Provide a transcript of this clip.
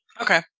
Okay